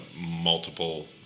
multiple